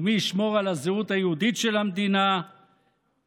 ומי ישמור על הזהות היהודית של המדינה מפני